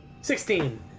Sixteen